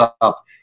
up